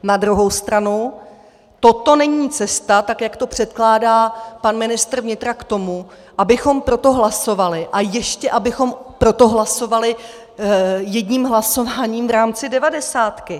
Na druhou stranu toto není cesta, tak jak to předkládá pan ministr vnitra, k tomu, abychom pro to hlasovali, a ještě abychom pro to hlasovali jedním hlasováním v rámci devadesátky.